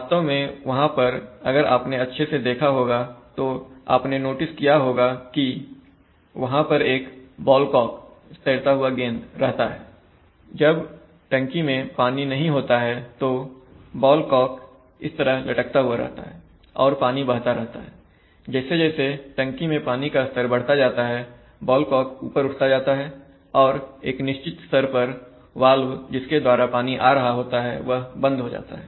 वास्तव में वहां पर अगर आपने अच्छे से देखा होगा तो आपने नोटिस किया होगा कि वहां पर एक बॉल कॉक तैरता हुआ गेंद रहता है जब टंकी में पानी नहीं होता है तो बॉल कॉक इस तरह लटकता हुआ रहता है और पानी बहता रहता है जैसे जैसे टंकी में पानी का स्तर बढ़ता जाता है बॉल कॉक ऊपर उठता जाता है और एक निश्चित स्तर पर वाल्व जिसके द्वारा पानी आ रहा होता है वह बंद हो जाता है